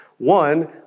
One